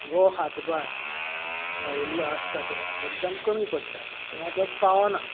वो हातभार लायिल्लो आसता तो एकदम कमी पडटा किंवां तो पावना